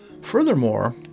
Furthermore